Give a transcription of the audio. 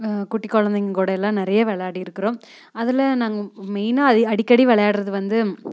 குட்டி குழந்தைங்க கூடயெல்லாம் நிறையா விளாடிருக்குறோம் அதில் நாங்கள் மெயினாக அடிக்கடி விளையாடுவது வந்து